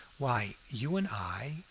why, you and i,